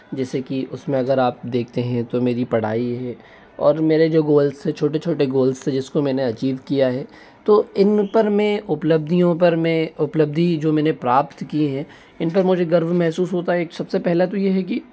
जैसे कि उसमें अगर आप देखते हैं तो मेरी पढ़ाई है और मेरे जो गोल्स हैं छोटे छोटे गोल्स थे जिसको मैंने अचीव किया है तो इन पर मैं उपलब्धियों पर मैं उपलब्धि जो मैंने प्राप्त की हैं इन पर मझे गर्व महसूस होता है सबसे पहला तो ये है कि